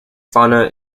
fauna